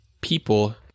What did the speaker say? people